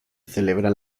celebran